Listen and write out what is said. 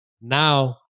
now